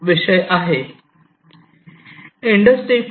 industry 4